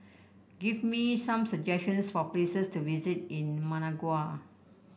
give me some suggestions for places to visit in Managua